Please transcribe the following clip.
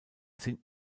sind